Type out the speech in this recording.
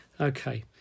Okay